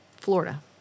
Florida